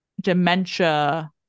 dementia